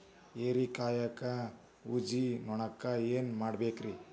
ಹೇರಿಕಾಯಾಗ ಊಜಿ ನೋಣಕ್ಕ ಏನ್ ಮಾಡಬೇಕ್ರೇ?